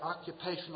occupational